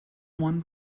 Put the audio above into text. one